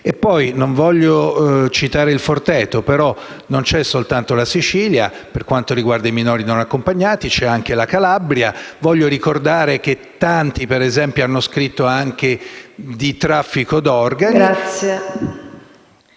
Non voglio citare il Forteto, ma non c'è solo la Sicilia per quanto riguarda i minori non accompagnati, ma c'è anche la Calabria. Voglio ricordare che tanti hanno scritto anche di traffico di organi...